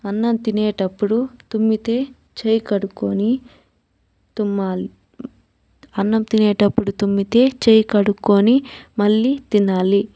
అన్నం తినేటప్పుడు తుమ్మితే చేయి కడుక్కొని తుమ్మాలి అన్నం తినేటప్పుడు తుమ్మితే చేయి కడుక్కొని మళ్లీ తినాలి